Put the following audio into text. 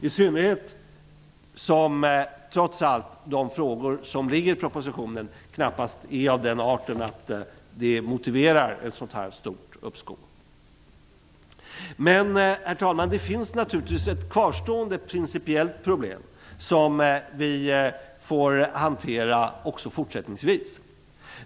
I synnerhet som de frågor som ligger i propositionen trots allt knappast är av den arten att de motiverar ett stort uppskov. Herr talman! Det finns naturligtvis ett kvarstående principiellt problem som vi får hantera även fortsättningsvis.